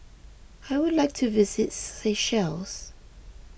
I would like to visit Seychelles